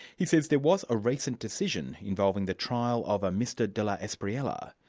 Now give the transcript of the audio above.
he says there was a recent decision involving the trial of a mr de la espriella.